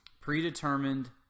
predetermined